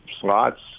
slots